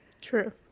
true